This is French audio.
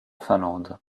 finlande